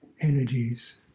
energies